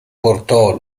portò